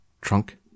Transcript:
trunk